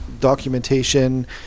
documentation